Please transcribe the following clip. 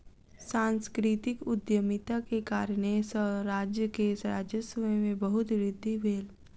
सांस्कृतिक उद्यमिता के कारणेँ सॅ राज्य के राजस्व में बहुत वृद्धि भेल